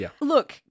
Look